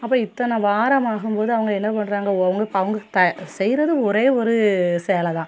அப்போ இத்தனை வாரம் ஆகும்போது அவங்க என்ன பண்ணுறாங்க ஒங் அவங்க த செய்கிறது ஒரே ஒரு சேலை தான்